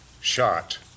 shot